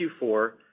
Q4